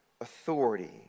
authority